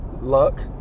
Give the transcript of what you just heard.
luck